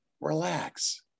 relax